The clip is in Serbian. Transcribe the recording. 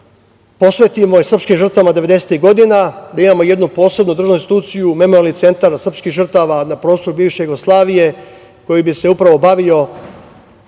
ratovima devedesetih godina, da imamo jednu posebnu državnu instituciju, memorijalni centar srpskih žrtava na prostoru bivše Jugoslavije koji bi se upravo bavio